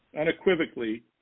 unequivocally